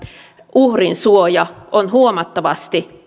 uhrin suoja on huomattavasti